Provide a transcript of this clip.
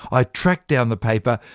i tracked down the paper,